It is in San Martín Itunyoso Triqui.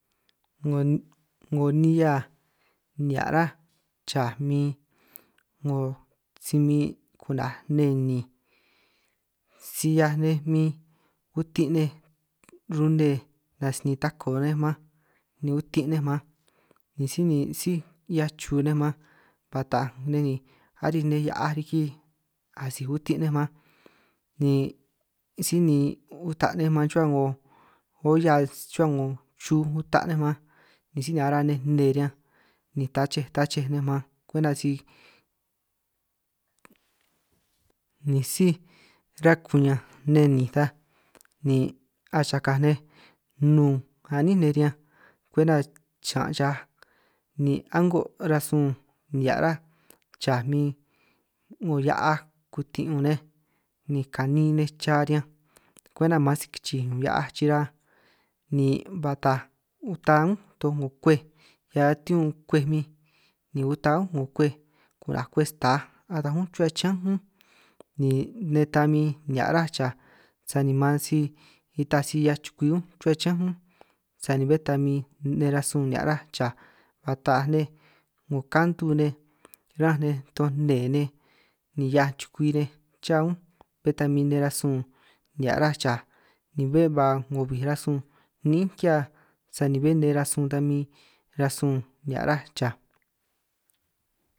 'Ngo' 'ngo nihia nihia' rá chaj min 'ngo si min ku'naj neninj, si 'hiaj nej min utin' nej rune as sinin tako nej man ni utin' nej man ni síj ni sij 'hiaj chu nej man, ba taaj nej ni arij nej hia'aj riki asij utin' nej man ni sí ni uta' nej man chuhua 'ngo olla chuhua 'ngo chuj uta nej man, ni síj ni araj nej nne riñanj ni tachej tachej nej man kwenta si, ni síj ra kuñanj neninj ta ni achakaj nej nnun a'nín nej riñanj kwenta chaan' chaj ni a'ngo rasun nihia' ráj chaj min 'ngo hia'aj kutin' ñun nej, ni kanin nej cha riñanj kwenta man si kichij ñun hia'aj chira, ni ba taaj uta' únj toj 'ngo kwej hia tiu kwej min ni uta únj 'ngo kwej ku'naj kwej sta ataj únj chuhua chiñán únj, ni nej ta min nihia' rá chaj sani man si ita sij 'hiaj chukwi únj chuhua chiñán únj, sani bé ta min nej rasun nihia' ráj chaj ba taaj nej 'ngo kantu nej ránj nej toj nne nej, ni 'hiaj chukwi nej cha únj bé ta min nej rasun nihia' ráj chaj, ni bé ba 'ngo bij rasun níin ki'hia sani bé nej rasun ta min rasun nihia' rá chaj.